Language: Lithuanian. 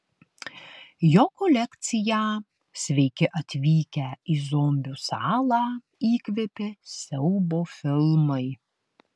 jo kolekciją sveiki atvykę į zombių salą įkvėpė siaubo filmai